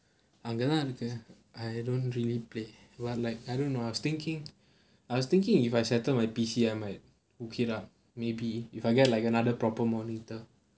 அங்க தான் இருக்க:anga thaan irukkaa I don't really play lah like I don't know I was thinking I was thinking if I settled my P_C I might okay lah maybe if I get like another proper monitor